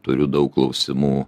turiu daug klausimų